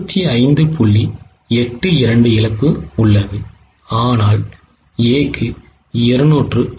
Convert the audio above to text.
82 இழப்பு உள்ளது ஆனால் A க்கு 253